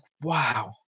wow